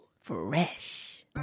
Fresh